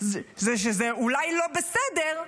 שזה אולי לא בסדר,